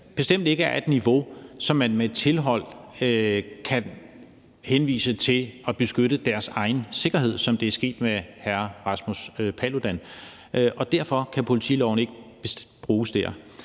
bestemt ikke er på et niveau, som man med et tilhold kan henvise til for at beskytte deres egen sikkerhed, som det er sket med hr. Rasmus Paludan, og derfor kan politiloven ikke bruges der.